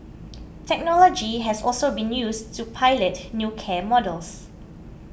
technology has also been used to pilot new care models